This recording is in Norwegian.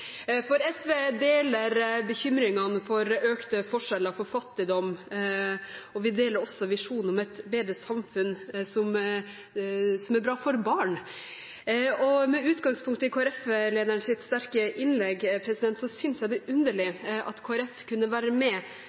rytme. SV deler bekymringene for økte forskjeller og for fattigdom, og vi deler også visjonen om et bedre samfunn som er bra for barn. Med utgangspunkt i Kristelig Folkeparti-lederens sterke innlegg synes jeg det er underlig at Kristelig Folkeparti kunne være med